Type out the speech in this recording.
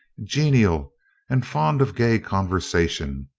genial and fond of gay conversation,